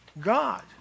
God